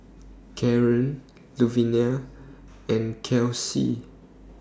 Kaaren Luvinia and Kelcie